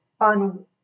on